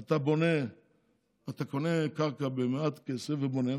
אתה קונה קרקע במעט כסף ובונה,